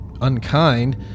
unkind